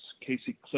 Casey